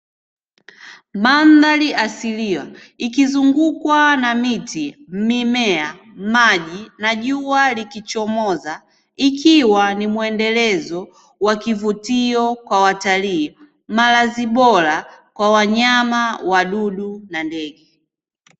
Mandhari asilia ikizungukwa na; miti, mimea, maji na jua likichomoza, ikiwa ni mwendelezo wakivutio kwa watalii, malazi bora kwa wanyama, wadudu na ndege.